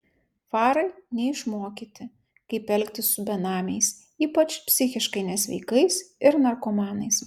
farai neišmokyti kaip elgtis su benamiais ypač psichiškai nesveikais ir narkomanais